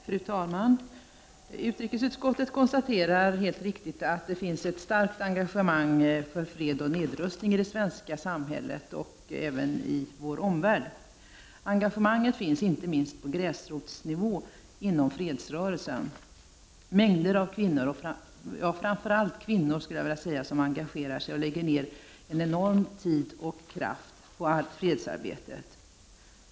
Fru talman! Utrikesutskottet konstaterar helt riktigt att det finns ett starkt engagemang för fred och nedrustning i det svenska samhället och även i vår omvärld. Engagemanget återfinns inte minst på gräsrotsnivå inom fredsrörelsen. Det är framför allt kvinnor som är engagerade. De lägger ned enormt mycket tid och kraft på fredsarbetet.